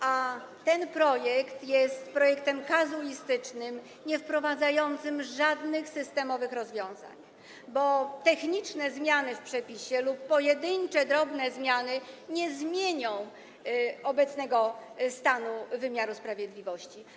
A ten projekt jest projektem kazuistycznym, niewprowadzającym żadnych systemowych rozwiązań, bo techniczne zmiany w przepisie lub pojedyncze drobne zmiany nie zmienią obecnego stanu wymiaru sprawiedliwości.